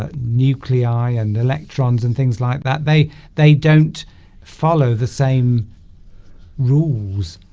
ah nuclei and electrons and things like that they they don't follow the same rules